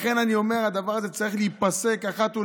לכן אני אומר: הדבר הזה צריך להיפסק אחת ולתמיד.